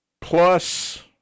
plus